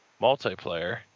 multiplayer